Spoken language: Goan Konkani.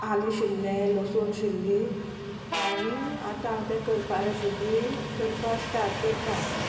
आलें शिनलें लसूण शिनली आनी आतां हांव तें करपा रेसिपी करपा स्टार्ट करतां